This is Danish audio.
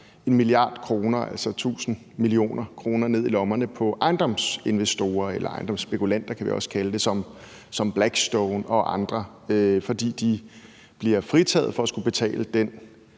1 mia. kr., altså tusind millioner kroner, ned i lommerne på ejendomsinvestorer eller ejendomsspekulanter, kan vi også kalde det, som Blackstone og andre, fordi de bliver fritaget for at skulle betale den